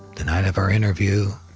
the night of our interview,